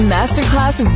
Masterclass